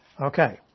Okay